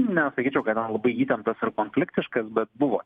nesakyčiau kad ten labai įtemptas ar konfliktiškas bet buvo